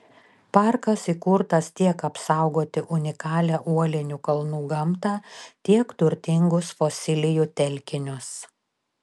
parkas įkurtas tiek apsaugoti unikalią uolinių kalnų gamtą tiek turtingus fosilijų telkinius